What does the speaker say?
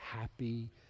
happy